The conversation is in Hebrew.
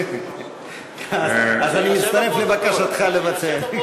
אז אני אצטרף לבקשתך לבצע.